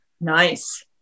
Nice